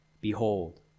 Behold